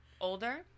Older